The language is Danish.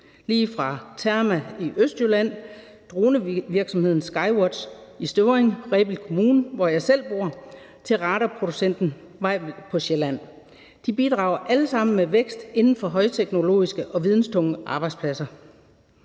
lige fra Terma i Østjylland, dronevirksomheden Sky-Watch i Støvring, Rebild Kommune, hvor jeg selv bor, til radarproducenten Weibel på Sjælland. De bidrager alle sammen med vækst inden for højteknologiske og videnstunge arbejdspladser.